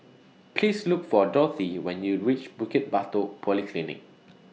Please Look For Dorthey when YOU REACH Bukit Batok Polyclinic